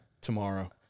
tomorrow